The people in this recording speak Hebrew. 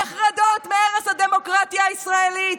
נחרדות מהרס הדמוקרטיה הישראלית.